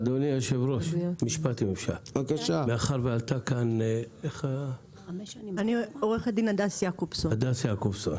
מאחר שדיברה כאן הדס יעקובסון